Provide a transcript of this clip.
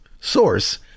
Source